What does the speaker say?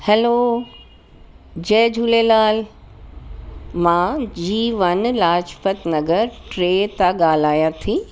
hello जय झूलेलाल मां G one Lajpat Nagar टे सां ॻाल्हायां थी